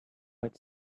its